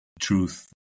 truth